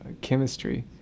chemistry